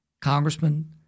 Congressman